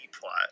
plot